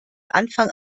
anfang